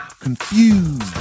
confused